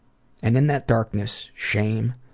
and in that darkness, shame,